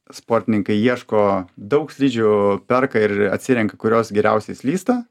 sportininkai ieško daug slidžių perka ir atsirenka kurios geriausiai slysta